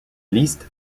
liste